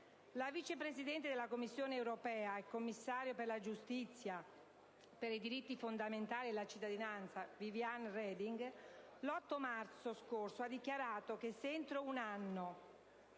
La vice presidente della Commissione europea e commissario per la giustizia, i diritti fondamentali e la cittadinanza, Viviane Reding, l'8 marzo scorso ha dichiarato che, se entro un anno